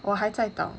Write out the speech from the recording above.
我还在等